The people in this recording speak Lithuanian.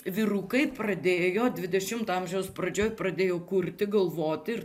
vyrukai pradėjo dvidešimto amžiaus pradžioj pradėjo kurti galvoti ir